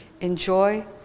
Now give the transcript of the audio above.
Enjoy